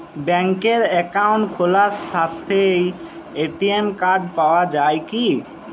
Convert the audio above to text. ব্যাঙ্কে অ্যাকাউন্ট খোলার সাথেই এ.টি.এম কার্ড পাওয়া যায় কি?